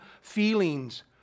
feelings